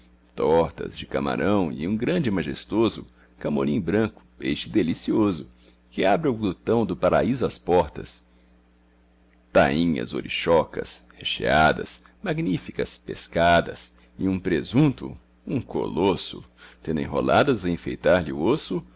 tortas de camarão e um grande e majestoso camorim branco peixe delicioso que abre ao glutão do paraíso as portas tainhas ouríchocas recheadas magníficas pescadas e um presunto um colosso tendo enroladas a enfeitar lhe o osso